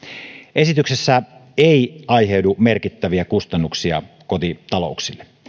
esityksestä ei aiheudu merkittäviä kustannuksia kotitalouksille